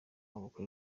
maboko